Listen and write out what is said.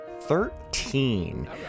Thirteen